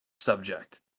subject